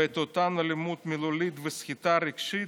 ואת אותן אלימות מילולית והסחיטה הרגשית"